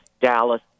Dallas